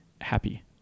happy